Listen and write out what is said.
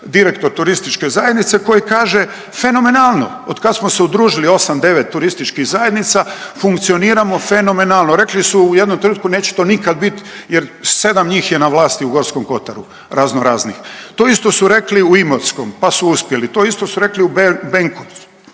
direktor TZ-a koji kaže fenomenalno od kad smo se udružili osam, devet TZ funkcioniramo fenomenalno. Rekli su u jednom trenutku neće to nikad bit jer sedam njih je na vlasti u Gorskom kotaru raznoraznih, to isto su rekli u Imotskom, pa su uspjeli, to isto su rekli u Benkovcu